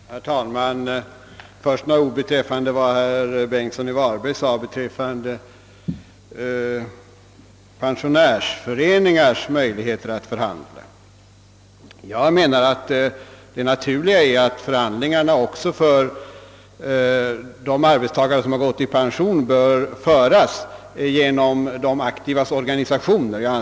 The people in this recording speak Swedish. Herr talman! Först några ord beträffande vad herr Bengtsson i Varberg sade om pensionärsföreningars möjligheter att förhandla. Även jag anser att det naturliga är att förhandlingarna för de arbetstagare som gått i pension föres genom de aktivas organisationer.